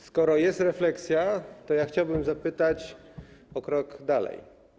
Skoro jest refleksja, to ja chciałbym zapytać o krok dalej.